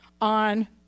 on